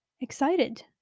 excited